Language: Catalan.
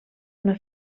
una